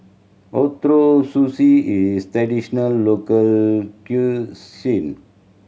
Ootoro Sushi is traditional local